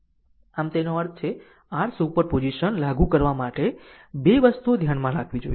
આમ તેનો અર્થ છે r સુપરપોઝિશન લાગુ કરવા માટે 2 વસ્તુઓ ધ્યાનમાં રાખવી જ જોઇએ